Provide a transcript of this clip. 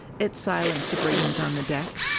it silenced the brigands on the deck.